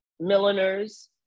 milliners